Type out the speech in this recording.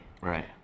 Right